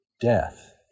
death